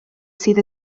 sydd